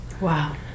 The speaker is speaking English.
Wow